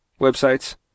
websites